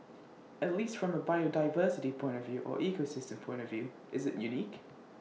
at least from A biodiversity point of view or ecosystem point of view is IT unique